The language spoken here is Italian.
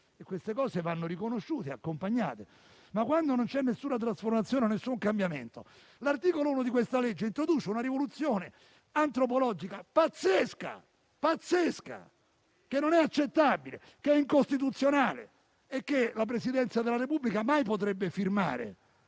e queste cose vanno riconosciute e accompagnate. Ma, quando non c'è alcuna trasformazione o alcun cambiamento, l'articolo 1 di questa legge introduce una rivoluzione antropologica pazzesca, che non è accettabile, è incostituzionale e la Presidenza della Repubblica mai potrebbe firmare